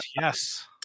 yes